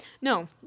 no